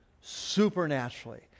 Supernaturally